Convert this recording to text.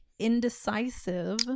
indecisive